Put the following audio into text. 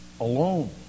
alone